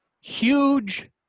huge